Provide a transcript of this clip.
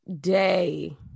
day